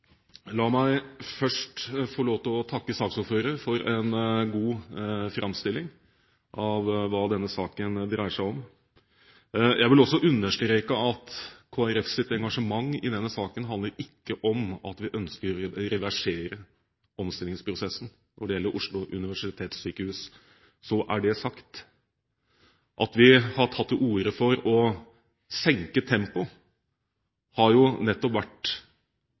La meg først få lov til å takke saksordføreren for en god framstilling av hva denne saken dreier seg om. Jeg vil også understreke at Kristelig Folkepartis engasjement i denne saken handler ikke om at vi ønsker å reversere omstillingsprosessen når det gjelder Oslo universitetssykehus – så er det sagt. At vi har tatt til orde for å senke tempoet, har nettopp vært